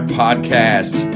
podcast